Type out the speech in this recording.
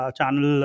Channel